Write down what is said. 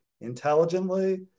intelligently